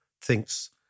thinks